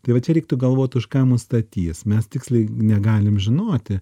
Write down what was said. tai va čia reiktų galvot už ką mus statys mes tiksliai negalime žinoti